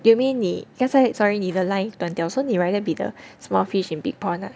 you mean 你刚才 sorry 你的 line 断掉 so 你 rather be the small fish in big pond ah